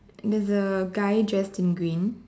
there's a guy dress in green